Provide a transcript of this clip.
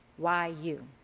why you?